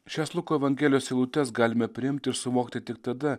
šias luko evangelijos eilutes galime priimt ir suvokti tik tada